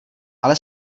ale